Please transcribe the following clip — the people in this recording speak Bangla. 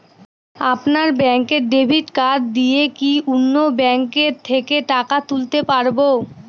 আপনার ব্যাংকের ডেবিট কার্ড দিয়ে কি অন্য ব্যাংকের থেকে টাকা তুলতে পারবো?